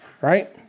right